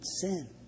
sin